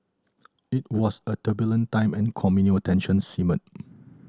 it was a turbulent time and communal tensions simmered